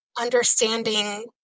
understanding